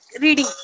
reading